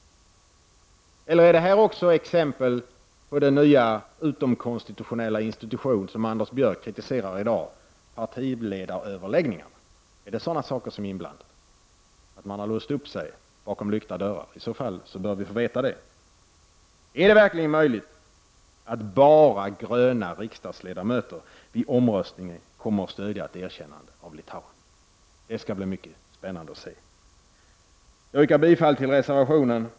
Eller är det här också exempel på den nya utomkonstitutionella institution som Anders Björck kritiserar i dag, dvs. partiledaröverläggningarna? Är det sådana saker som är inblandade, som att man har låst upp sig bakom lyckta dörrar? I så fall bör vi få veta det. Är det verkligen möjligt att bara gröna riksdagsledamöter vid omröstningen kommer att stödja ett erkännande av Litauen? Det skall bli mycket spännande att se. Jag yrkar bifall till reservationen.